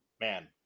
man